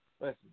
Listen